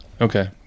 okay